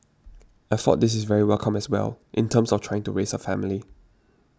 I thought this is very welcome as well in terms of trying to raise a family